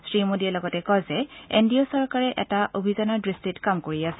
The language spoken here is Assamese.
শ্ৰীমোডীয়ে কয় যে এন ডি এ চৰকাৰে এটা অভিযানৰ দৃষ্টিত কাম কৰি আছে